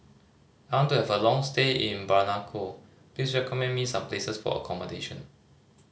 I want to have a long stay in Bamako please recommend me some places for accommodation